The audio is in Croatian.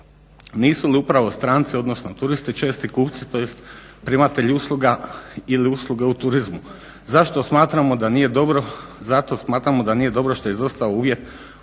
nisu li upravo stranci odnosno turisti česti kupci tj. primatelji usluga ili usluge u turizmu. Zašto smatramo da nije dobro, zato smatramo da nije dobro što je izostao uvjet